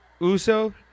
Uso